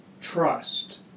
Trust